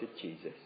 Jesus